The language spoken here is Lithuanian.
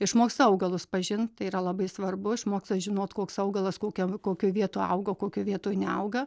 išmoksta augalus pažinti tai yra labai svarbu išmoksta žinot koks augalas kokiam kokioj vietoj auga kokioj vietoj neauga